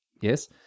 yes